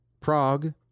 Prague